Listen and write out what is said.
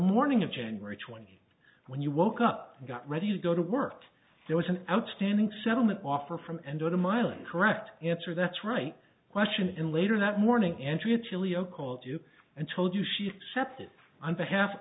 morning of january twentieth when you woke up got ready to go to work there was an outstanding settlement offer from and go to milan correct answer that's right question and later that morning andrea chilean called you and told you she accepted on behalf